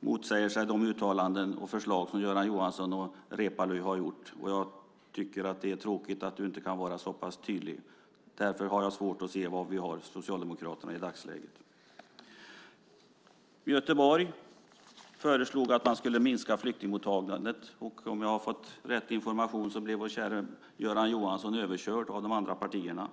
motsätter sig de uttalanden och förslag som Göran Johansson och Reepalu har gjort. Jag tycker att det är tråkigt att du inte kan vara så pass tydlig. Därför har jag svårt att se var vi har Socialdemokraterna i dagsläget. I Göteborg föreslogs att man skulle minska flyktingmottagandet. Om jag har fått rätt information blev vår käre Göran Johansson överkörd av de andra partierna.